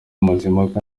mazimpaka